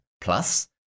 plus